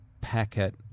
packet